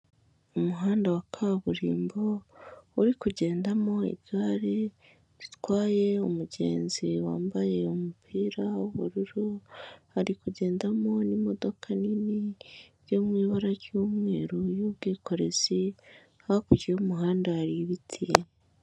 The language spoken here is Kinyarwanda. Umuhanda wa kaburimbo, uri kugendamo igare ritwaye umugenzi wambaye umupira w'ubururu, ari kugendamo n'imodoka nini yo mu ibara ry'umweru yu'bwikorezi hakurya y'umuhanda hari ibiti.